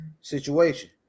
situation